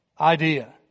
idea